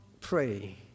pray